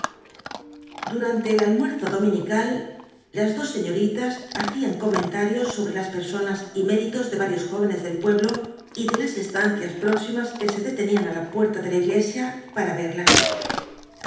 durante el almuerzo dominical las dos señoritas hacían comentarios sobre las personas y méritos de varios jóvenes del pueblo y de las estancias próximas que se detenían en la puerta de la iglesia para verlas